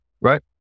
Right